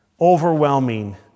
overwhelming